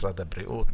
משרד הבריאות,